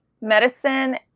medicine